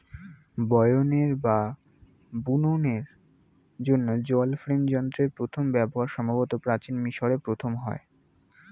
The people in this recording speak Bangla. বয়নের বা বুননের জন্য জল ফ্রেম যন্ত্রের প্রথম ব্যবহার সম্ভবত প্রাচীন মিশরে প্রথম হয়